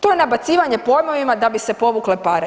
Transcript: To je nabacivanje pojmovima da bi se povukle pare.